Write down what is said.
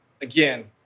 again